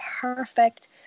perfect